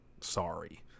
Sorry